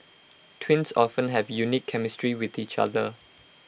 twins often have unique chemistry with each other